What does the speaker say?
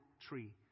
tree